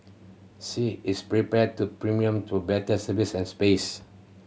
she is prepared to premium to better service and space